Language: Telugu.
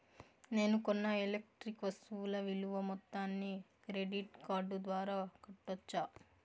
నేను కొన్న ఎలక్ట్రానిక్ వస్తువుల విలువ మొత్తాన్ని క్రెడిట్ కార్డు ద్వారా కట్టొచ్చా?